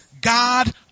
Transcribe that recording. God